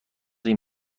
این